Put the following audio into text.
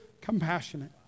compassionate